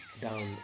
down